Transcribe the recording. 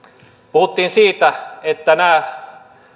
puhuttiin siitä että nämä